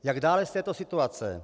Jak dále z této situace?